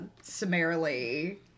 summarily